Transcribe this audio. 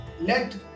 Let